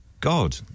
God